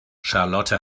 charlotte